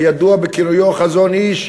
הידוע בכינויו חזון-אי"ש,